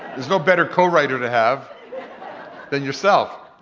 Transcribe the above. there's no better co-writer to have than yourself.